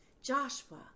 Joshua